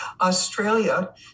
australia